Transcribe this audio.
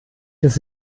des